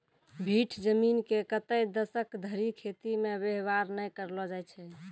भीठ जमीन के कतै दसक धरि खेती मे वेवहार नै करलो जाय छै